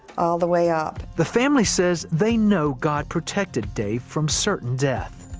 all the way up. the family says they know god protected dave from certain death.